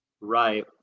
Right